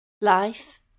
Life